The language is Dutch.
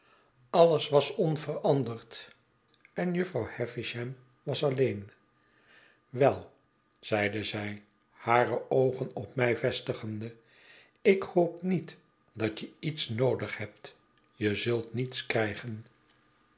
alles was onveranderd en jufvrouw havisham was alleen wei zeide zij hare oogen op mij vestigende ik hoop niet dat je iets noodig hebt je zult niets krijgen